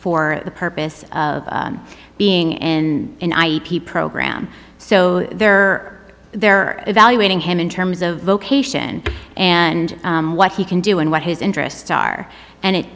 for the purpose of being in the program so there are they're evaluating him in terms of vocation and what he can do and what his interests are and it